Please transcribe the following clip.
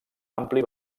ampli